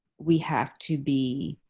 we have to be